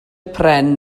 pren